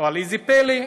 אבל איזה פלא,